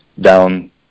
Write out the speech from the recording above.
down